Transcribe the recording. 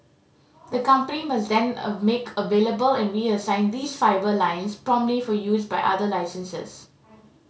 the company must then a make available and reassign these fibre lines promptly for use by other licensees